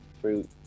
fruit